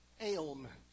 ailment